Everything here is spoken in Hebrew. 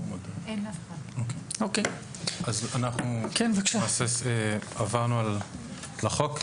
אז אנחנו עברנו על החוק.